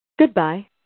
Goodbye